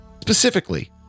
Specifically